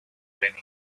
lenin